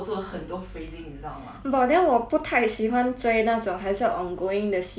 but then 我不太喜欢追那种还是 ongoing 的 series eh 这个 drama end 了吗